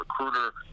recruiter